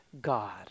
God